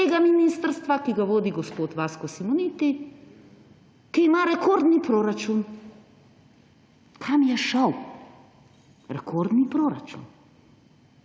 tega ministrstva, ki ga vodi gospod Vasko Simoniti, ki ima rekorden proračun. Kam je šel rekordni proračun?